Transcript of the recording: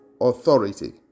authority